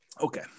okay